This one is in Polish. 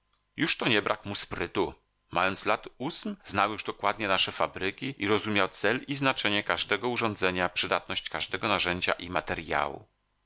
już to nie brak mu sprytu mając lat ośm znał już dokładnie nasze fabryki i rozumiał cel i znaczenie każdego urządzenia przydatność każdego narzędzia i materjału